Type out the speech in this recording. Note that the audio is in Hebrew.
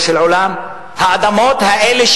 זה העניין.